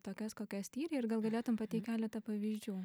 tokias kokias tyrei ir gal galėtum pateikt keletą pavyzdžių